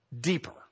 deeper